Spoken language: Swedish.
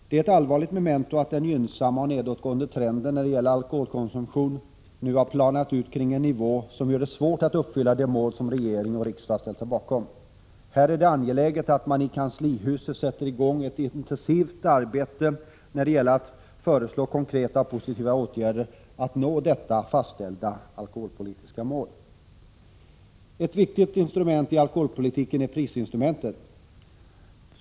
Det är ett allvarligt memento att den gynnsamma och nedåtgående trenden när det gäller alkoholkonsumtion nu har planat ut kring en nivå som gör det svårt att nå de mål som regering och riksdag ställt sig bakom. Här är det angeläget att man i kanslihuset sätter i gång ett intensivt arbete när det gäller att utarbeta förslag till konkreta åtgärder för att nå detta fastställda alkoholpolitiska mål. Ett viktigt instrument i alkoholpolitiken är prisinstrumentet.